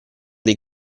dei